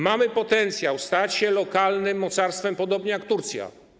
Mamy potencjał stać się lokalnym mocarstwem podobnie jak Turcja.